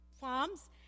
farms